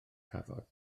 cafodd